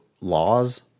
laws